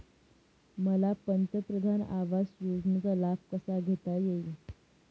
मला पंतप्रधान आवास योजनेचा लाभ कसा घेता येईल?